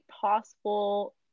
possible